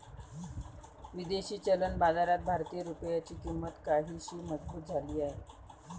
विदेशी चलन बाजारात भारतीय रुपयाची किंमत काहीशी मजबूत झाली आहे